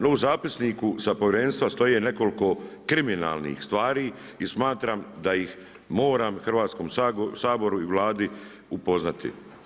No u zapisniku sa povjerenstva stoji i nekoliko kriminalnih stvari i smatram da ih moram Hrvatskom saboru i Vladi upoznati.